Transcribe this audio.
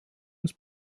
aus